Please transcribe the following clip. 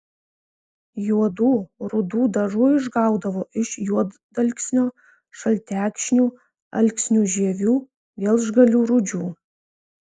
juodų rudų dažų išgaudavo iš juodalksnio šaltekšnių alksnių žievių gelžgalių rūdžių